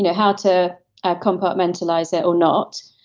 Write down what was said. yeah how to ah compartmentalize it or not.